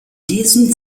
diesem